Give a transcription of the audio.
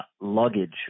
luggage